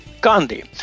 Gandhi